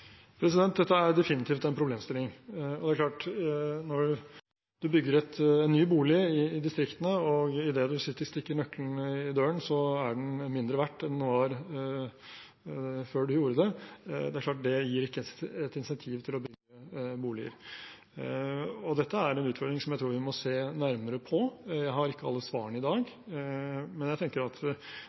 Dette er definitivt en problemstilling, og det er klart at når man bygger en ny bolig i distriktene, som idet man setter nøkkelen i døren, er mindre verdt enn den var før man gjorde det, gir ikke det et insentiv til å bygge boliger. Dette er en utfordring som jeg tror vi må se nærmere på. Jeg har ikke alle svarene i dag, men jeg tenker at